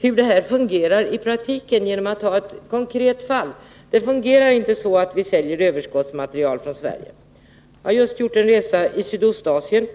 hur det fungerar i praktiken genom att ta ett konkret fall. Det fungerar inte så att vi säljer överskottsmateriel från Sverige. Jag har just gjort en resa i Ostasien.